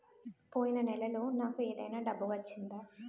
పోయిన నెలలో నాకు ఏదైనా డబ్బు వచ్చిందా?